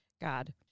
God